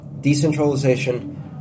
decentralization